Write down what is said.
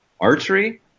archery